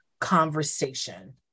conversation